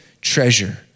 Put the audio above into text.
treasure